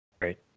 Right